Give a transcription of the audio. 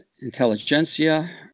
intelligentsia